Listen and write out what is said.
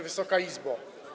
Wysoka Izbo!